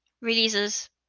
releases